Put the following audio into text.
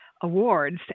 awards